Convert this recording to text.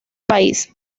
país